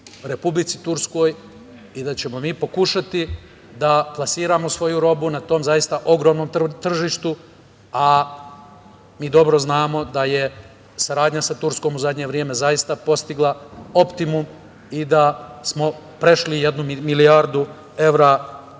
Republici Turskoj i da ćemo mi pokušati da plasiramo svoju robu na tom zaista ogromnom tržištu. Mi dobro znamo da je saradnja sa Turskom u zadnje vreme zaista postigla neki optimum i da smo prešli jednu milijardu evra